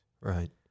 Right